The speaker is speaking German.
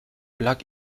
plug